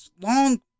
long